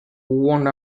wound